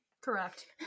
Correct